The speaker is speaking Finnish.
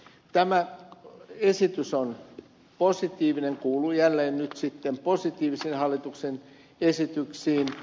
tämä esitys on positiivinen kuuluu jälleen nyt sitten positiivisiin hallituksen esityksiin